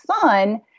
son